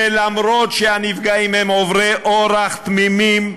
ואף שהנפגעים הם עוברי אורח תמימים,